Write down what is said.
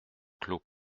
clos